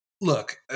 look